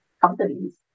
companies